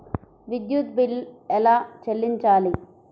విద్యుత్ బిల్ ఎలా చెల్లించాలి?